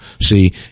See